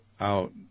out